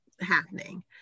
happening